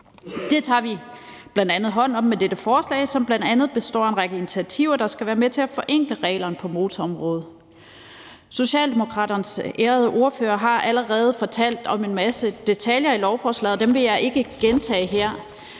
Det tager vi bl.a. hånd om med dette forslag, som består af en række initiativer, der skal være med til at forenkle reglerne på motorområdet. Socialdemokraternes ærede ordfører har allerede gennemgået en masse detaljer i lovforslaget, og det vil jeg ikke gentage her.